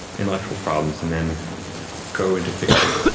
intellectual problems, and then go into fiction.